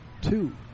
two